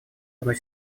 одной